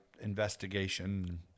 investigation